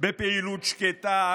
בפעילות שקטה,